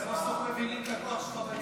התקדמת, רק בליכוד יכול להיות שאני בחתונה וגם